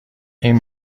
این